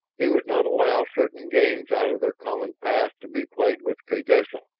he would not allow certain games out of their common past to be played with kaydessa.